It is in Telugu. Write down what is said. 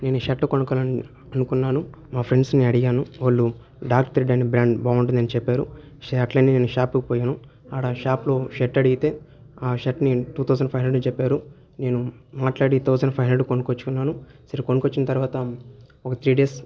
నేను షర్టు కొనుకువాలని అనుక్కున్నాను మా ఫ్రెండ్స్ని అడిగాను వాళ్ళు డాక్ థ్రెడ్ అనే బ్రాండ్ బాగుంటుందని చెప్పారు అట్లనే నేను షాప్కి పోయాను ఆడ షాపులో షర్ట్ అడిగితే ఆ షర్ట్ని టూ థౌసండ్ ఫైవ్ హండ్రెడ్ చెప్పారు నేను మాట్లాడి థౌసండ్ ఫైవ్ హండ్రెడ్ కొనుకొని వచ్చాను సరే కొనుక్కొని వచ్చిన తర్వాత ఒక త్రీ డేస్